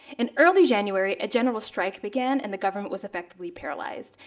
in early january, general strike began and the government was effectively paralyzed.